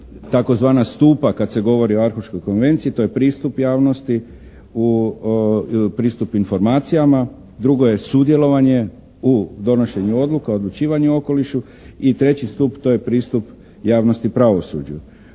3 tzv. stupa kad se govori o Arhuškoj konvenciji. To je pristup javnosti, pristup informacijama. Drugo je sudjelovanje u donošenju odluka, odlučivanju o okolišu i 3. stup to je pristup javnosti pravosuđu.